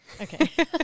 Okay